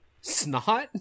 Snot